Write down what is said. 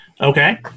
Okay